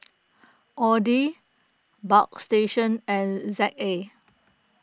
Audi Bagstationz and Z A